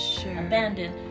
abandoned